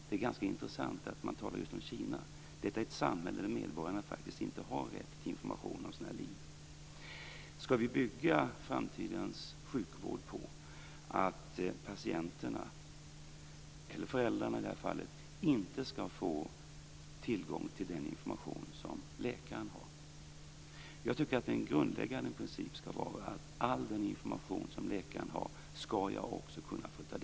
Det är ganska intressant att man just talar om Kina, ett samhälle där medborgarna faktiskt inte har rätt till information om sina liv. Skall vi bygga framtidens sjukvård på att patienterna - i det här fallet föräldrarna - inte skall få tillgång till den information som läkaren har? Jag tycker att en grundläggande princip skall vara att jag skall kunna ta del av all den information som läkaren har.